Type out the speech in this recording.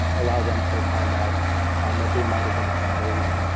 um allow them to find out um that they might have been exposed.